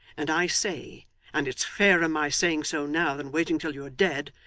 and i say and it's fairer my saying so now, than waiting till you are dead,